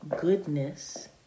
goodness